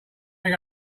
pick